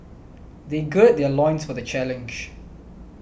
they gird their loins for the challenge